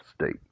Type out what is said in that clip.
State